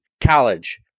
college